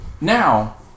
Now